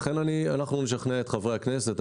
לכן אנחנו נשכנע את חברי הכנסת.